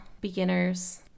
Beginners